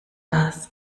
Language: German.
das